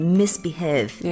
misbehave，